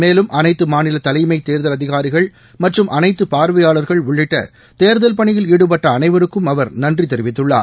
மேலும் அனைத்து மாநில தலைமை தேர்தல் அதிகாரிகள் மற்றும் அனைத்து பார்வையாளர்கள் உள்ளிட்ட தேர்தல் பணியில் ஈடுபட்ட அனைவருக்கும் அவர் நன்றி தெரிவித்துள்ளார்